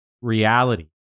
reality